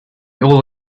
all